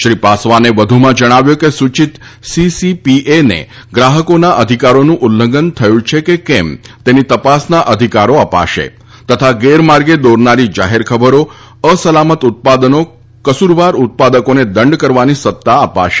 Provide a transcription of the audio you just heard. શ્રી પાસવાને વધુમાં જણાવ્યું હતું કે સૂચિત સીસીપીએને ગ્રાહકોના અધિકારોનું ઉલ્લંઘન થયું છે કે કેમ તેની તપાસના અધિકારો અપાશે તથા ગેરમાર્ગે દોરનારી જાહેરખબરો અસાલમત ઉત્પાદનો કસૂરવાર ઉત્પાદકોને દંડ કરવાની સત્તા અપાશે